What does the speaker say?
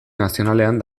nazionalean